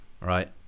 right